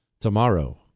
Tomorrow